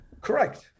Correct